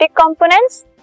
components